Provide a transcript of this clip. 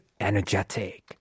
Energetic